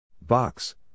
Box